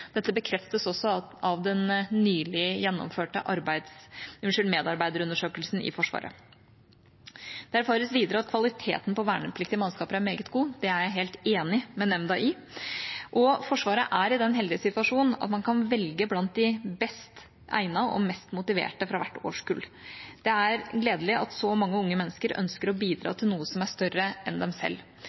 Dette bekreftes også av den nylig gjennomførte medarbeiderundersøkelsen i Forsvaret. Det erfares videre at kvaliteten på vernepliktige mannskaper er meget god, det er jeg helt enig med nemnda i, og Forsvaret er i den heldige situasjon at man kan velge blant de best egnede og mest motiverte fra hvert årskull. Det er gledelig at så mange unge mennesker ønsker å bidra til noe som er større enn dem selv.